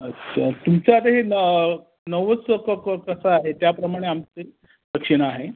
अच्छा तुमचं आता हे म नवस कसा आहे त्याप्रमाणे आमचे दक्षिणा आहे